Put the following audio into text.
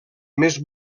més